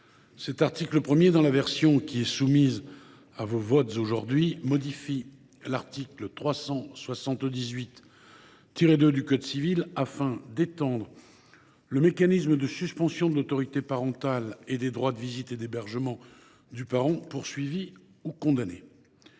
Cet article, dans la version qui est soumise à votre vote aujourd’hui, modifie l’article 378 2 du code civil afin d’étendre le mécanisme de suspension de l’exercice de l’autorité parentale et des droits de visite et d’hébergement du parent poursuivi ou condamné.